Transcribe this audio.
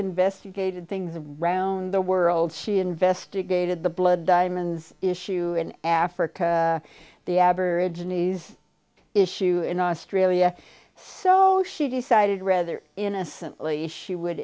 investigated things of around the world she investigated the blood diamonds issue in africa the aborigines issue in australia so she decided rather innocently if she would